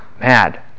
mad